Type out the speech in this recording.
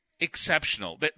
exceptional